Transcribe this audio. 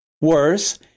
Worse